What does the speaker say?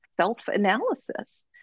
self-analysis